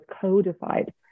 codified